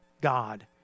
God